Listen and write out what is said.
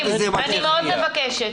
אני מאוד מבקשת,